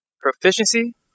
proficiency